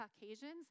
Caucasians